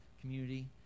community